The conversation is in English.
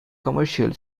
commercially